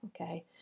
okay